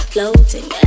Floating